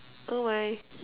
oh my